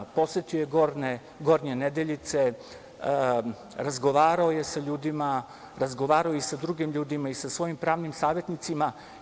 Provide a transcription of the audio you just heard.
Posetio je Gornje Nedeljice, razgovarao je sa ljudima, razgovarao je i sa drugim ljudima i sa svojim pravnim savetnicima.